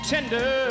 Tender